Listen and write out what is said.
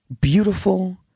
beautiful